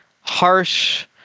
harsh